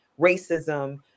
racism